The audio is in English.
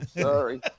Sorry